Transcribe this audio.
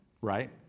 Right